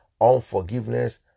unforgiveness